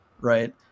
right